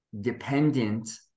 dependent